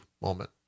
moment